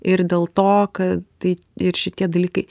ir dėl to kad tai ir šitie dalykai